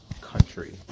country